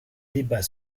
débat